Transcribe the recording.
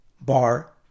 bar